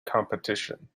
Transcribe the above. competition